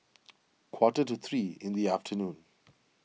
quarter to three in the afternoon